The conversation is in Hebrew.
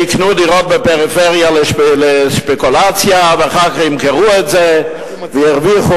יקנו דירות בפריפריה לספקולציה ואחר כך ימכרו את זה וירוויחו.